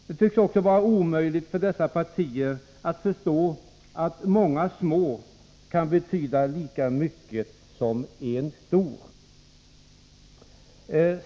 Det tycks också vara omöjligt för dessa partier att förstå att många små kan betyda lika mycket som en stor.